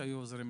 שיעזרו לנו